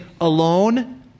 alone